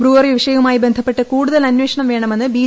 brewery വിഷയവുമായി ബന്ധപ്പെട്ട് കൂടുതൽ അന്വേഷണം വേണമെന്ന് ബി